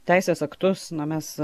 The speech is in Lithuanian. teisės aktus na mes